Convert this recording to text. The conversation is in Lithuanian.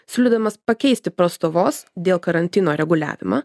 siūlydamas pakeisti prastovos dėl karantino reguliavimą